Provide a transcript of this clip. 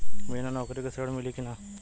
बिना नौकरी के ऋण मिली कि ना?